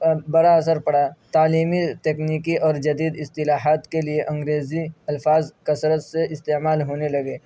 اور بڑا اثر پڑا تعلیمی تکنیکی اور جدید اصطلاحات کے لیے انگریزی الفاظ کثرت سے استعمال ہونے لگے